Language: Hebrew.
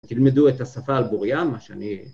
תלמדו את השפה על בורייה, מה שאני...